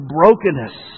brokenness